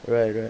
right right